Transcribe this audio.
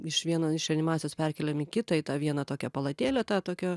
iš vieno iš reanimacijos perkėlėm į kitą į tą vieną tokią palatėlę tą tokią